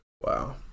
Wow